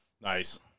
Nice